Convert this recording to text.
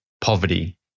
poverty